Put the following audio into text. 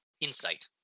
Insight